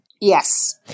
Yes